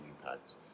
impacts